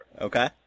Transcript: Okay